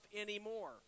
anymore